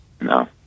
No